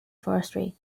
forestry